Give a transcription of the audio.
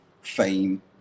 fame